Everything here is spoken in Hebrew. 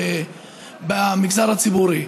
במגזר הציבורי.